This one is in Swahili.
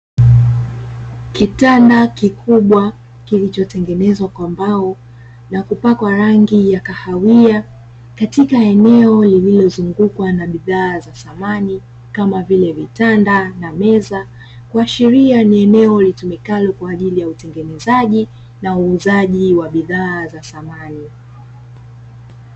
Kitanda kikubwa kilichotengenezwa kwa mbao na kupakwa rangi ya kahawia katika eneo lililozungukwa na bidhaa za samani kama vile vitanda na meza, kuashiria ni eneo litumikalo kwa ajili ya utengenezaji na uuzaji wa bidhaa za samani.